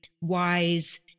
wise